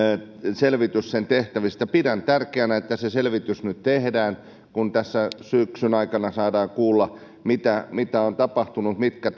selvitys mpkn tehtävistä pidän tärkeänä että selvitys nyt tehdään kun tässä syksyn aikana saadaan kuulla mitä mitä on tapahtunut ja mitkä